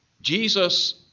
Jesus